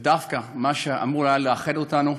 שדווקא מה שאמור היה לאחד אותנו,